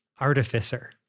artificer